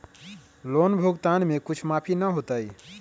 Loan भुगतान में कुछ माफी न होतई?